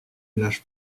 lâche